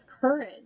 courage